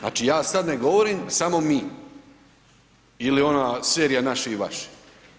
Znači ja sad ne govorim samo mi ili ona serija Naši i vaši